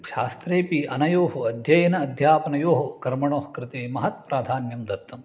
शास्त्रेपि अनयोः अध्ययन अध्यापनयोः कर्मणोः कृते महत्प्राधान्यं दत्तम्